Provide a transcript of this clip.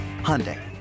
Hyundai